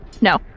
No